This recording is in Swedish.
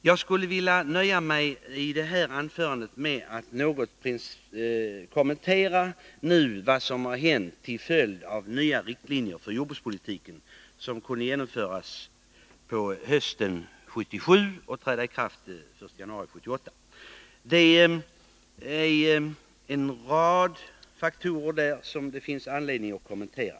Jag skall i detta anförande nöja mig med att något kommentera vad som har hänt till följd av de nya riktlinjer för jordbrukspolitiken som kunde beslutas på hösten 1977 och träda i kraft den 1 januari 1978. Det är en rad faktorer som det finns anledning att kommentera.